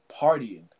partying